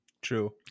true